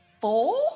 Four